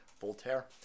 Voltaire